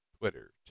Twitter